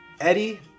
Eddie